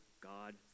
God